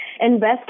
invest